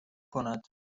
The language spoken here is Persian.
کند